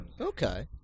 okay